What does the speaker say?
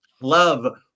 love